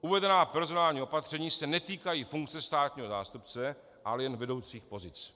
Uvedená personální opatření se netýkají funkce státního zástupce, ale jen vedoucích pozic.